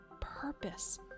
purpose